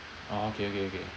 orh okay okay okay